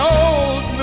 old